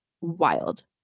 wild